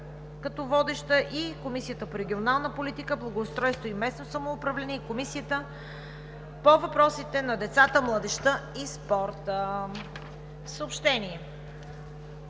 е на Комисията по регионална политика, благоустройство и местно самоуправление, и на Комисията по въпросите на децата, младежта и спорта. Съобщения: